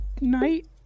night